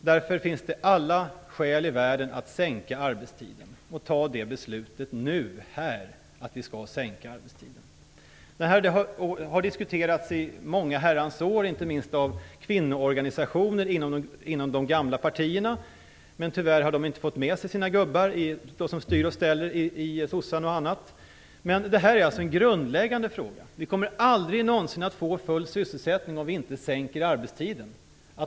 Därför finns det alla skäl i världen att sänka arbetstiden, och fatta det beslutet här och nu. Detta har diskuterats i många år, inte minst av kvinnoorganisationer inom de gamla partierna. Men de har tyvärr inte fått med sig gubbarna som styr och ställer. Detta är alltså en grundläggande fråga. Vi kommer aldrig någonsin att få full sysselsättning om vi inte sänker arbetstiden.